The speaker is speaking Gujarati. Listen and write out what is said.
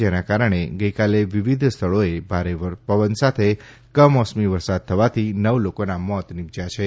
જેના કારણે ગઈકાલે વિવિધ સ્થળોએ ભારે પવન સાથે કમોસમી વરસાદ થવાથી નવ લોકોનાં મોત નિપજયાં છે